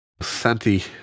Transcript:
Santi